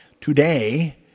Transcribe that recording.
Today